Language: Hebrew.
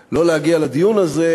שלא להגיע לדיון הזה,